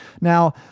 Now